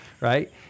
right